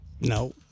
No